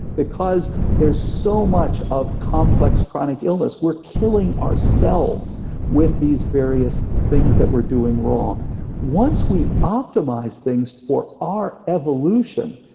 because there is so much of complex chronic illness we're killing ourselves with these various things that we're doing wrong once we optimize things for our evolution,